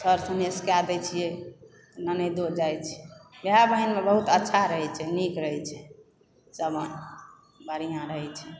sir सनेस कए दए छियै ननैदो जाय छै भाय बहिनमे बहुत अच्छा रहए छै नीक रहए छै सब बढ़िआँ रहए छै